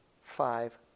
five